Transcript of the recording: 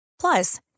Plus